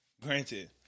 Granted